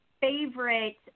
favorite